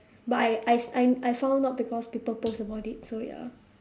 but I I I I found out because people post about it so ya